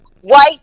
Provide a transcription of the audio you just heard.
white